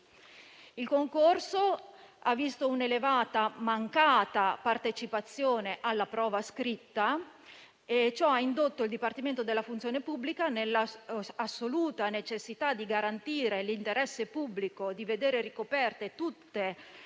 Il concorso ha visto un'elevata mancata partecipazione alla prova scritta e ciò ha indotto il dipartimento della funzione pubblica, nell'assoluta necessità di garantire l'interesse pubblico di vedere ricoperte tutte le